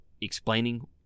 explaining